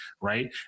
right